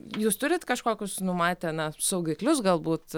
jūs turit kažkokius numatę na saugiklius galbūt